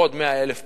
עוד 100,000 פיתוח,